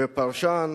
ופרשן